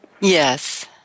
Yes